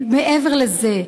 מעבר לזה,